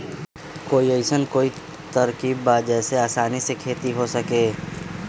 कोई अइसन कोई तरकीब बा जेसे आसानी से खेती हो सके?